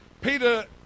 Peter